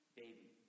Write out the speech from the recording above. baby